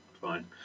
fine